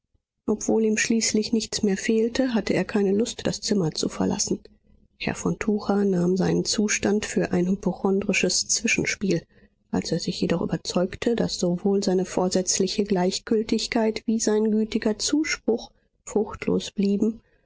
obwohl ihm schließlich nichts mehr fehlte hatte er keine lust das zimmer zu verlassen herr von tucher nahm seinen zustand für ein hypochondrisches zwischenspiel als er sich jedoch überzeugte daß sowohl seine vorsätzliche gleichgültigkeit wie sein gütiger zuspruch fruchtlos blieben